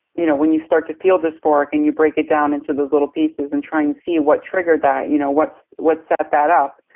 you know, when you start to feel dysphoric and you break it down into those little pieces and trying and see what triggered that you know, what set that up.